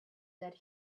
that